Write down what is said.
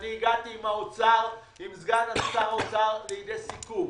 אני הגעתי עם סגן שר האוצר לידי סיכום,